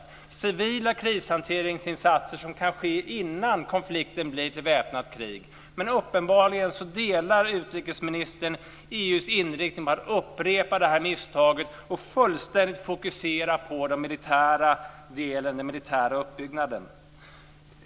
Det krävs civila krishanteringsinsatser som kan ske innan konflikten övergår i väpnat krig. Uppenbarligen delar dock utrikesministern EU:s inriktning på att upprepa misstaget och fullständigt fokusera på den militära uppbyggnaden.